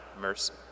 mercy